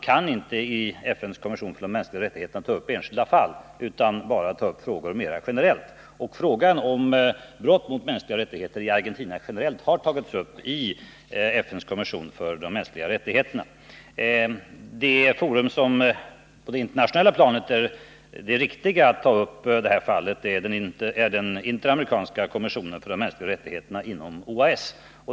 I FN:s kommission för de mänskliga rättigheterna kan man nämligen inte ta upp enskilda fall utan bara frågor av mera generell art. Frågan om brott mot konventionen om de mänskliga rättigheterna i Argentina har tagits upp i kommissionen. Ett forum på det internationella planet där det här fallet bör tas upp är den interamerikanska kommissionen för de mänskliga rättigheterna inom OAS.